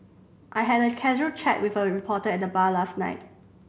I had a casual chat with a reporter at the bar last night